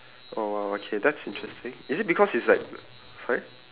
oh !wow! okay that's interesting is it because it's like sorry